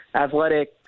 athletic